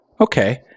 Okay